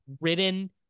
ridden